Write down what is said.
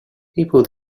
people